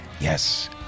Yes